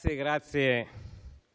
ringrazio,